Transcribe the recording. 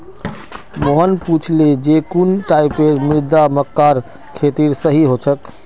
मोहन पूछले जे कुन टाइपेर मृदा मक्कार खेतीर सही छोक?